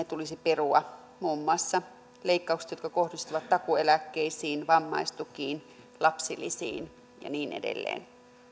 tulisi perua muun muassa leikkaukset jotka kohdistuvat takuueläkkeisiin vammaistukiin lapsilisiin ja niin edelleen